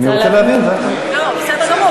אני רוצה להבין, זה הכול.